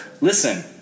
Listen